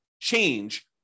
change